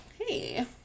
Hey